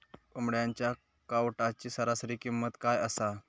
कोंबड्यांच्या कावटाची सरासरी किंमत काय असा?